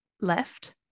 left